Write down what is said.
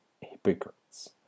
hypocrites